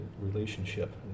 relationship